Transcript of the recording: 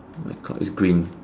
my clock is green